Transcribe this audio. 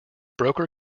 broker